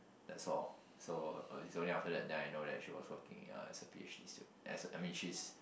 that's all so it's only after that then I know that she was working as a p_h_d stud~ as I mean she is